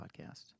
podcast